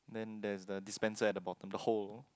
then there's the dispenser at the bottom the hole